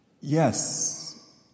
yes